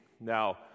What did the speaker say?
Now